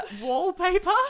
Wallpaper